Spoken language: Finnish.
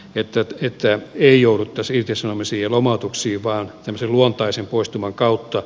että sitä ei jouduttaisi irtisanomisia lomautuksia vaan sen luontaisen poistuman kautta